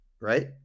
right